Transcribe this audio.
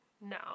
no